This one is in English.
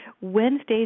Wednesdays